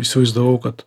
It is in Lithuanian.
įsivaizdavau kad